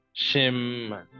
shim